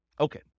Okay